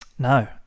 No